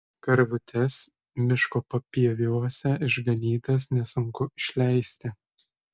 karvutes miško papieviuose išganytas nesunku išleisti